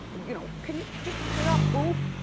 you know can you just hook it up, boof?